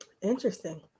Interesting